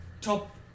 Top